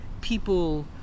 people